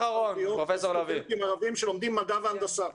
ערביות מסטודנטים ערבים שלומדים מדע והנדסה.